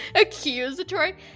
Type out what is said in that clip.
accusatory